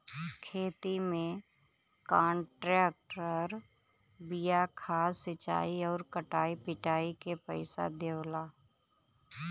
खेती में कांट्रेक्टर बिया खाद सिंचाई आउर कटाई पिटाई के पइसा देवला